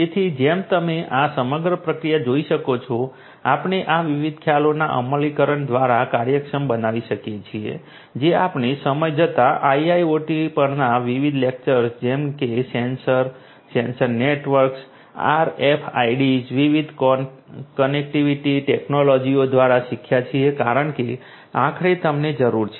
તેથી જેમ તમે આ સમગ્ર પ્રક્રિયા જોઈ શકો છો આપણે આ વિવિધ ખ્યાલોના અમલીકરણ દ્વારા કાર્યક્ષમ બનાવી શકીએ છીએ જે આપણે સમય જતાં IIoT પરના વિવિધ લેક્ચર્સ જેમ કે સેન્સર સેન્સર નેટવર્ક્સ RFIDs વિવિધ કનેક્ટિવિટી ટેક્નોલોજીઓ દ્વારા શીખ્યા છીએ કારણ કે આખરે તમને જરૂર છે